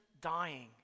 dying